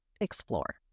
explore